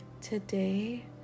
today